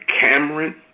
Cameron